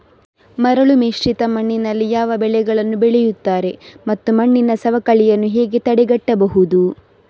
ಮರಳುಮಿಶ್ರಿತ ಮಣ್ಣಿನಲ್ಲಿ ಯಾವ ಬೆಳೆಗಳನ್ನು ಬೆಳೆಯುತ್ತಾರೆ ಮತ್ತು ಮಣ್ಣಿನ ಸವಕಳಿಯನ್ನು ಹೇಗೆ ತಡೆಗಟ್ಟಬಹುದು?